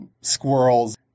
squirrels